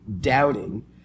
doubting